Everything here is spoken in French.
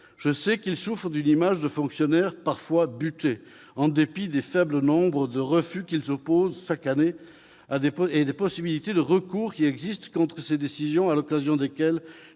Je sais qu'il souffre d'une image de fonctionnaire parfois « buté » en dépit du faible nombre de refus qu'il oppose chaque année et des possibilités de recours qui existent contre ses décisions, à l'occasion desquelles